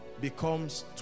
becomes